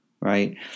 right